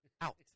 Out